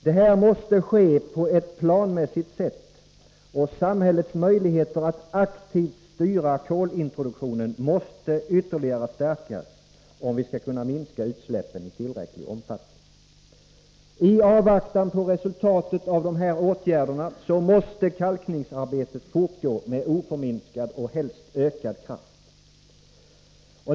Detta måste ske på ett planmässigt sätt, och samhällets möjligheter att aktivt styra kolintroduktionen måste ytterligare stärkas, om vi skall kunna minska utsläppen i tillräcklig omfattning. I avvaktan på resultatet av dessa åtgärder måste kalkningsarbetet fortgå med oförminskad och helst ökad kraft.